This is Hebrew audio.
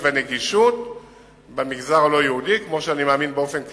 והנגישות במגזר הלא-יהודי כמו שאני מאמין באופן כללי,